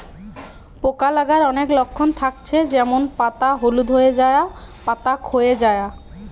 পোকা লাগার অনেক লক্ষণ থাকছে যেমন পাতা হলুদ হয়ে যায়া, পাতা খোয়ে যায়া